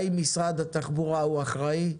האם משרד התחבורה הוא האחראי?